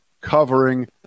covering